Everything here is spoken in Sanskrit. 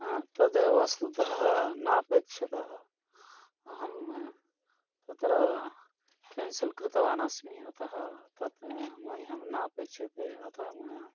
हा तद् वस्तुतः नापेक्षितम् अहं तत्र क्यान्सल् कृतवान् अस्मि अतः तत् मह्यं न अपेक्ष्यते अतः मम